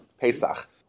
Pesach